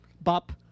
Bop